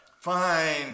Fine